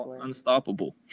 unstoppable